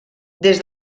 des